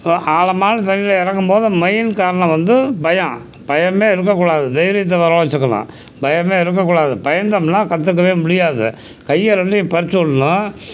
இப்போ ஆழமான தண்ணியில் இறங்கும் போது மெயின் காரணம் வந்து பயம் பயமே இருக்கக்கூடாது தைரியத்தை வர்ற வச்சுக்கணும் பயமே இருக்கக்கூடாது பயந்தம்னா கற்றுக்கவே முடியாது கையை ரெண்டையும் பறித்து உட்ணும்